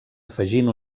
afegint